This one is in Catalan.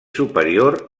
superior